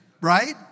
right